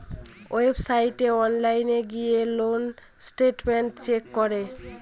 ওয়েবসাইটে অনলাইন গিয়ে loan statement check করে